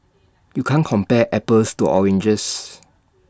you can't compare apples to oranges